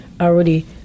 already